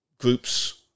groups